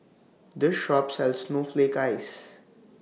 This Shop sells Snowflake Ice